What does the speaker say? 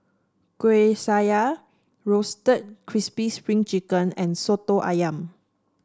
Kueh Syara Roasted Crispy Spring Chicken and Soto ayam